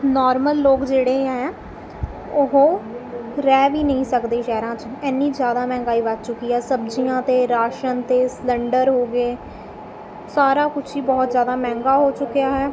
normal ਲੋਕ ਜਿਹੜੇ ਹੈ ਉਹ ਰਹਿ ਵੀ ਨਹੀਂ ਸਕਦੇ ਸ਼ਹਿਰਾਂ 'ਚ ਐਨੀ ਜ਼ਿਆਦਾ ਮਹਿੰਗਾਈ ਵੱਧ ਚੁੱਕੀ ਹੈ ਸਬਜ਼ੀਆਂ 'ਤੇ ਰਾਸ਼ਨ 'ਤੇ ਸਲੰਡਰ ਹੋ ਗਏ ਸਾਰਾ ਕੁਛ ਹੀ ਬਹੁਤ ਜ਼ਿਆਦਾ ਮਹਿੰਗਾ ਹੋ ਚੁੱਕਿਆ ਹੈ